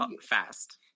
fast